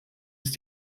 ist